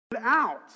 out